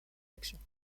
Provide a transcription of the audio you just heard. actions